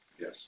Yes